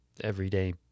everyday